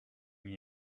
that